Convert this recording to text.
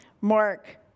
Mark